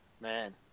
Man